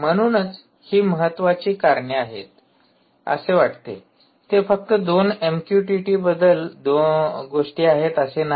म्हणूनच ही 2 महत्वाची कारणे आहेत असे वाटते ते फक्त 2 एमक्युटीटी बद्दल गोष्टी आहेत असे नाही